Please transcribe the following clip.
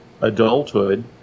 adulthood